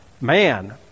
man